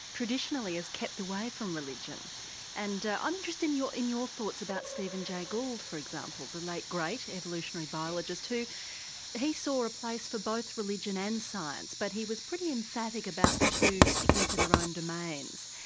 traditionally, has kept away from religion and i'm interested in your in your thoughts about stephen jay gould for example, the late, great evolutionary biologist. he saw a place for both religion and science, but he was pretty emphatic about the two sticking to their own domains.